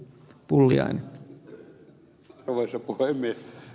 arvoisa puhemies